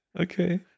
Okay